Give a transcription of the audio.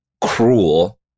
cruel